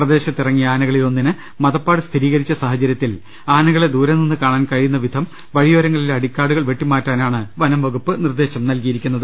പ്രദേശത്ത് ഇറങ്ങിയ ആനകളിൽ ഒന്നിന് മദപ്പാട് സ്ഥിരീകരിച്ച സാഹചര്യത്തിൽ ആനകളെ ദൂരെ നിന്ന് കാണാൻ കഴിയുന്ന വിധം വഴിയോരങ്ങളിലെ അടിക്കാടുകൾ വെട്ടിമാറ്റാനാണ് വനം വകുപ്പ് നിർദ്ദേശം നൽകിയിരിക്കുന്നത്